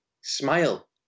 smile